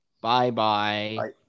Bye-bye